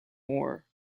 more